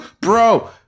bro